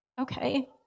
okay